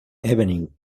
evening